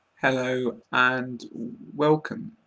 hello and welcome.